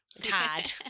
Tad